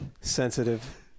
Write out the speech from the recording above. sensitive